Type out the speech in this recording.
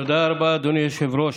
תודה רבה, אדוני היושב-ראש.